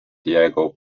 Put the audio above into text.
diego